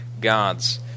God's